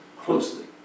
closely